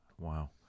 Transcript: Wow